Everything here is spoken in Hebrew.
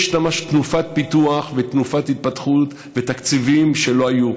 יש ממש תנופת פיתוח ותנופת התפתחות ותקציבים שלא היו.